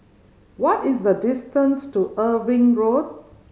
what is the distance to Irving Road